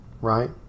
right